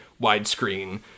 widescreen